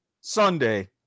Sunday